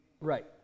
Right